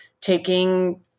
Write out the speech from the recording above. taking